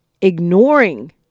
ignoring